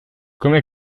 come